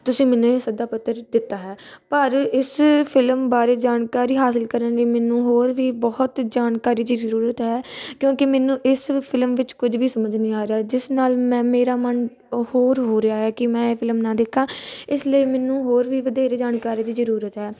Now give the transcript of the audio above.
ਤੁਸੀਂ ਮੈਨੂੰ ਇਹ ਸੱਦਾ ਪੱਤਰ ਦਿੱਤਾ ਹੈ ਪਰ ਇਸ ਫਿਲਮ ਬਾਰੇ ਜਾਣਕਾਰੀ ਹਾਸਿਲ ਕਰਨ ਲਈ ਮੈਨੂੰ ਹੋਰ ਵੀ ਬਹੁਤ ਜਾਣਕਾਰੀ ਦੀ ਜ਼ਰੂਰਤ ਹੈ ਕਿਉਂਕਿ ਮੈਨੂੰ ਇਸ ਫਿਲਮ ਵਿੱਚ ਕੁਝ ਵੀ ਸਮਝ ਨਹੀਂ ਆ ਰਿਹਾ ਜਿਸ ਨਾਲ ਮੈਂ ਮੇਰਾ ਮਨ ਉਹ ਹੋਰ ਹੋ ਰਿਹਾ ਹੈ ਕਿ ਮੈਂ ਫਿਲਮ ਨਾ ਦੇਖਾਂ ਇਸ ਲਈ ਮੈਨੂੰ ਹੋਰ ਵੀ ਵਧੇਰੇ ਜਾਣਕਾਰੀ ਦੀ ਜ਼ਰੂਰਤ ਹੈ